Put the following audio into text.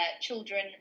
children